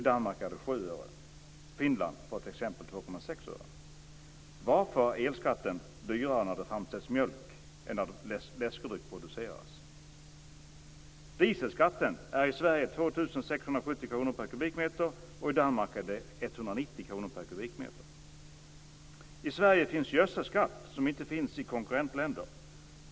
I Danmark är den 7 I Sverige har vi en gödselskatt som inte finns i konkurrentländerna.